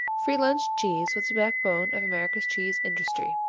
free-lunch cheese was the backbone of america's cheese industry.